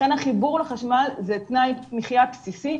לכן החיבור לחשמל זה תנאי מחיה בסיסי,